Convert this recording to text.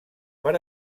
per